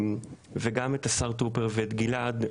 וגם את השר טרופר ואת גלעד,